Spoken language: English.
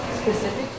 specific